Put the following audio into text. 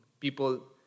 people